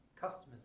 customers